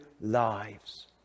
lives